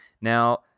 now